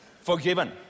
forgiven